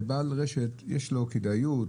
לבעל רשת יש כדאיות,